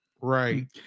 right